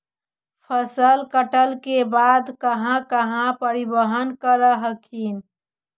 फसल कटल के बाद कहा कहा परिबहन कर हखिन?